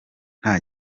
nta